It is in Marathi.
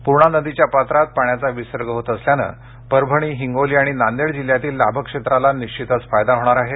पूर्णा नदीच्या पात्रात पाण्याचा विसर्ग होत असल्यानं परभणी हिंगोली आणि नांदेड जिल्ह्यातील लाभ क्षेत्राला निश्चियतच फायदा होणार आहे